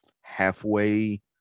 halfway